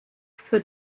für